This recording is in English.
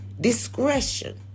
Discretion